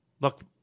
Look